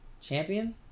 champion